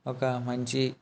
ఒక మంచి